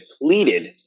depleted